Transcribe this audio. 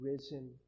risen